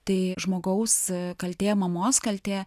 tai žmogaus kaltė mamos kaltė